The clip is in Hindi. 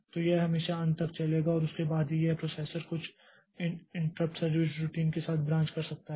तो यह हमेशा अंत तक चलेगा और उसके बाद ही यह प्रोसेसर कुछ इंट्रप्ट सर्विस रूटीन के साथ ब्रांच कर सकता है